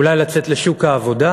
אולי לצאת לשוק העבודה?